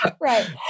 Right